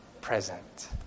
present